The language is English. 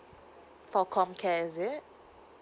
for comcare is it